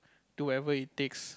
do whatever it takes